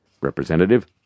representative